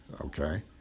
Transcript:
okay